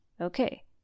Okay